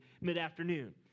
mid-afternoon